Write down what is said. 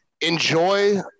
enjoy